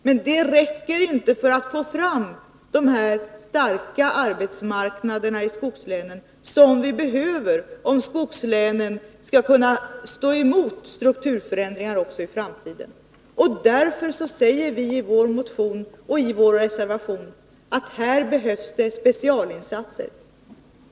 Men det räcker inte för att få fram de starka arbetsmarknader i skogslänen som vi behöver om de också i framtiden skall kunna stå emot strukturförändringarna. Därför säger vi i vår motion och reservation att här behövs speciella insatser.